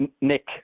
Nick